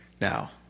Now